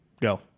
Go